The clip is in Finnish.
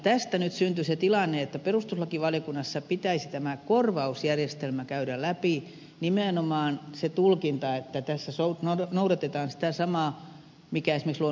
tästä nyt syntyi se tilanne että perustuslakivaliokunnassa pitäisi tämä korvausjärjestelmä käydä läpi nimenomaan se tulkinta että tässä noudatetaan sitä samaa mikä esimerkiksi luonnonsuojelulaissa on